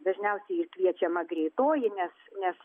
dažniausiai ir kviečiama greitoji nes nes